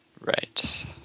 Right